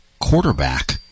quarterback